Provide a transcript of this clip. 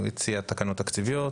הוא הציע תקנות תקציביות,